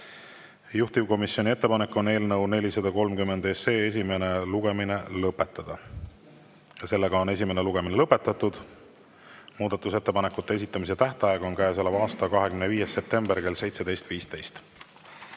Juhtivkomisjoni ettepanek on eelnõu 430 esimene lugemine lõpetada. Esimene lugemine on lõpetatud. Muudatusettepanekute esitamise tähtaeg on käesoleva aasta 25. september kell 17.15.